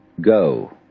go